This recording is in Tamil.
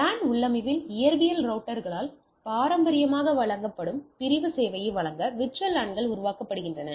லேன் உள்ளமைவில் இயற்பியல் ரௌட்டர்களால் பாரம்பரியமாக வழங்கப்படும் பிரிவு சேவையை வழங்க VLAN கள் உருவாக்கப்படுகின்றன